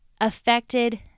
affected